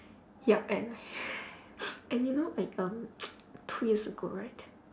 yup and and you know like um two years ago right